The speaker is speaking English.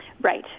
Right